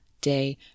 day